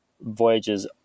voyages